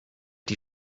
die